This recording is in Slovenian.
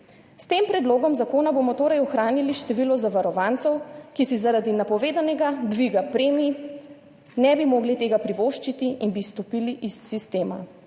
S tem predlogom zakona bomo torej ohranili število zavarovancev, ki si zaradi napovedanega dviga premij ne bi mogli tega privoščiti in bi izstopili iz sistema.